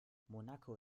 monaco